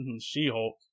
She-Hulk